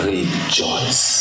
Rejoice